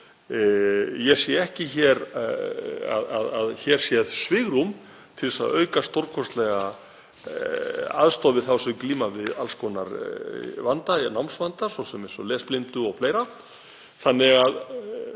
Ég sé ekki að hér sé svigrúm til að auka stórkostlega aðstoð við þá sem glíma við alls konar vanda, námsvanda, svo sem eins og lesblindu og fleira.